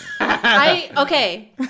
Okay